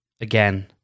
again